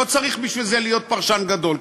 לא צריך בשביל זה להיות פרשן גדול,